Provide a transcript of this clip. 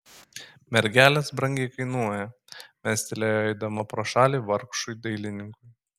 mergelės brangiai kainuoja mestelėjo eidama pro šalį vargšui dailininkui